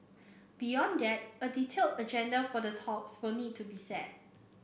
beyond that a detail agenda for the talks will need to be set